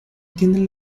tiene